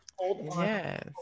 Yes